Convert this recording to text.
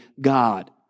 God